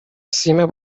سیم